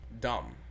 dumb